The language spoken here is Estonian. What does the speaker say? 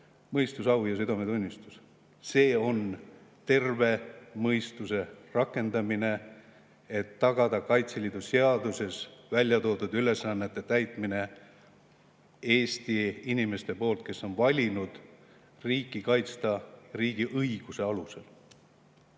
mõistus, au ja südametunnistus. See on terve mõistuse rakendamine, et tagada Kaitseliidu seaduses väljatoodud ülesannete täitmine Eesti inimeste poolt, kes on valinud riiki kaitsta riigi õiguse alusel.